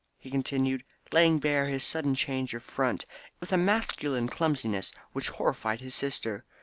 he continued, laying bare his sudden change of front with a masculine clumsiness which horrified his sister.